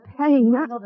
pain